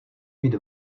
mít